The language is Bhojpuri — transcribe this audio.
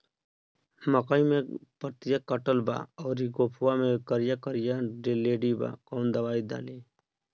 मकई में पतयी कटल बा अउरी गोफवा मैं करिया करिया लेढ़ी बा कवन दवाई डाली?